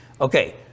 okay